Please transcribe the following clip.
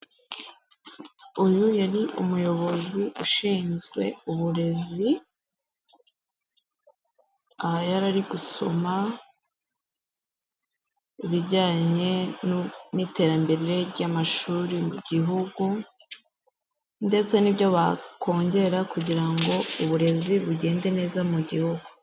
Uyu yari umuyobozi ushinzwe uburezi, aha yarari gusoma ibijyanye n'iterambere ry'amashuri mu gihugu ndetse n'ibyo bakongera kugira ngo uburezi bugende neza mu gihugu.